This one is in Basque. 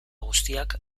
guztiak